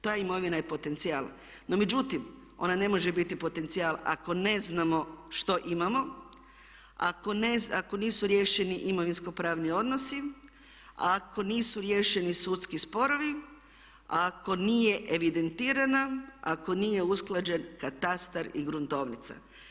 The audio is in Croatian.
Ta imovina je potencija no međutim ona ne može biti potencijal ako ne znamo što imamo, ako nisu riješeni imovinsko pravni odnosi, ako nisu riješeni sudski sporovi ako nije evidentirana, ako nije usklađen katastar i gruntovnica.